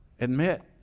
admit